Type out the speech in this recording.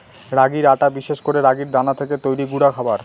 রাগির আটা বিশেষ করে রাগির দানা থেকে তৈরি গুঁডা খাবার